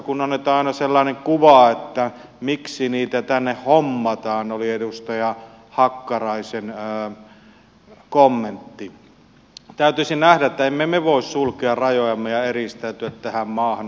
kun annetaan aina sellainen kuva miksi niitä tänne hommataan oli edustaja hakkaraisen kommentti täytyisi nähdä että emme me voi sulkea rajojamme ja eristäytyä tähän maahan